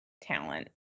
talent